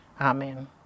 Amen